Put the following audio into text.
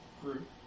group